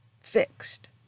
fixed